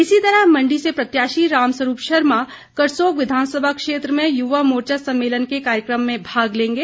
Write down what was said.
इसी तरह मंडी से प्रत्याशी राम स्वरूप शर्मा करसोग विधानसभा क्षेत्र में युवा मोर्चा सम्मेलन के कार्यक्रम में भाग लेंगे